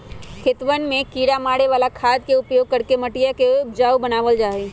खेतवन में किड़ा मारे वाला खाद के उपयोग करके मटिया के उपजाऊ बनावल जाहई